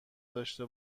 داشته